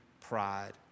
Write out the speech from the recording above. pride